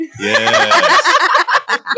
Yes